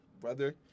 brother